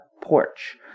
porch